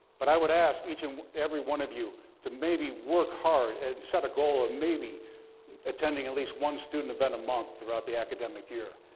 but i would ask each and every one of you to maybe work hard and set a goal of maybe attending at least one student event a month throughout the academic year.